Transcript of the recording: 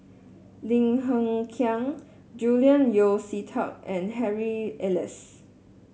Lim Hng Kiang Julian Yeo See Teck and Harry Elias